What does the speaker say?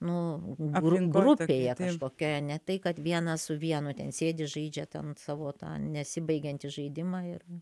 nu grupėje kažkokioje ne tai kad vienas su vienu ten sėdi žaidžia ten savo tą nesibaigiantį žaidimą ir